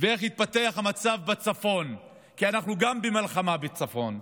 ואיך יתפתח המצב בצפון, כי אנחנו במלחמה גם בצפון.